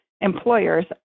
employers